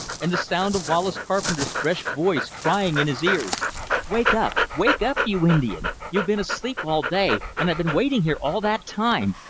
and the sound of wallace carpenter's fresh voice crying in his ears wake up, wake up! you indian! you've been asleep all day, and i've been waiting here all that time.